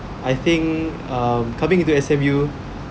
I think um coming into S_M_U